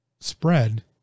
spread